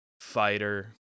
fighter